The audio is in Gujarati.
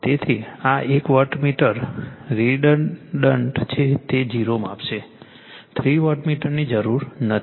તેથી આ એક વોટમીટર રીડન્ડન્ટ છે તે 0 માપશે થ્રી વોટમીટરની જરૂર નથી